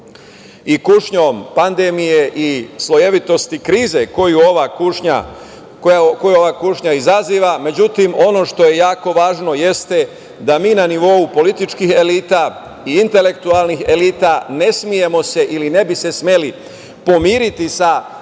i kušnjom pandemije i slojevitosti krize koju ova kušnja izaziva. Međutim, ono što je jako važno jeste da mi na nivou političkih elita i intelektualni elita ne smemo se ili ne bi se smeli pomiriti sa